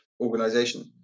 organization